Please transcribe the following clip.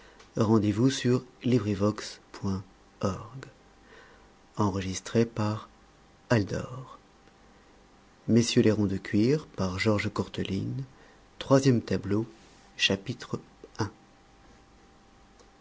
sur les rives